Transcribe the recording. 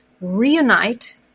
reunite